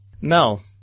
Mel